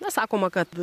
na sakoma kad